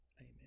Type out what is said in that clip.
Amen